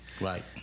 Right